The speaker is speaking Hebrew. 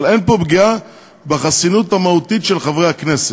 אבל אין פה פגיעה בחסינות המהותית של חברי הכנסת.